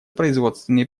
производственные